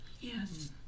Yes